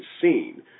seen